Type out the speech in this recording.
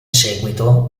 seguito